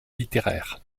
littéraires